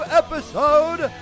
episode